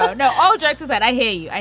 um no. all jokes aside, i hear you. i